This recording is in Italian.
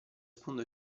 sponda